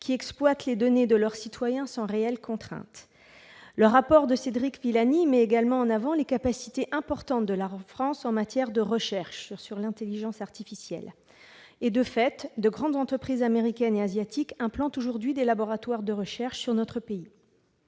qui exploitent les données de leurs citoyens sans réelles contraintes. Le rapport de Cédric Villani met également en avant les capacités importantes de la France en matière de recherche sur l'intelligence artificielle. De fait, de grandes entreprises américaines et asiatiques implantent des laboratoires de recherche sur le